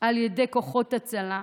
על ידי כוחות הצלה.